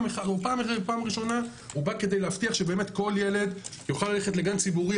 פעם ראשונה הוא בא להבטיח שבאמת כל ילד יוכל ללכת לגן ציבורי,